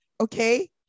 okay